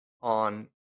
on